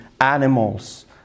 animals